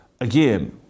again